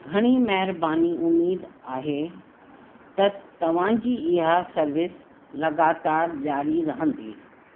घणी महिरबानी उमीदि आहे त तव्हांजी इहा सर्विस लॻातारि ज़ारी रहंदी